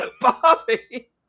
Bobby